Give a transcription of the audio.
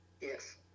Yes